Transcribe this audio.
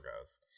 goes